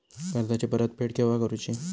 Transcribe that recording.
कर्जाची परत फेड केव्हा करुची?